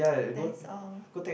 that's all